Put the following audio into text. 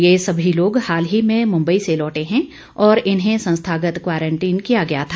ये सभी लोग हाल ही में मुंबई से लौटे हैं और इन्हें संस्थागत क्वारंटीन किया गया था